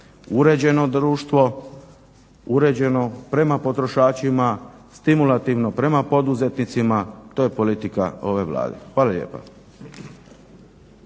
Uređeno društvo uređeno prema potrošačima, stimulativno prema poduzetnicima to je politika ove Vlade. Hvala lijepa.